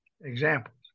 examples